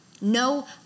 no